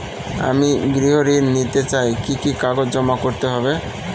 আমি গৃহ ঋণ নিতে চাই কি কি কাগজ জমা করতে হবে?